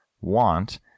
want